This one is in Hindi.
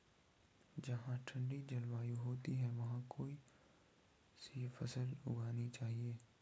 जहाँ ठंडी जलवायु होती है वहाँ कौन सी फसल उगानी चाहिये?